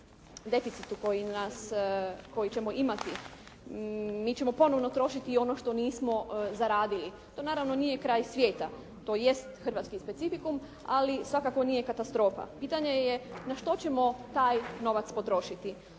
koji ćemo imati. Mi ćemo ponovno trošiti i ono što nismo zaradili. To naravno nije kraj svijeta. To jest hrvatski specificum, ali svakako nije katastrofa. Pitanje je na što ćemo taj novac potrošiti.